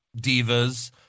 Divas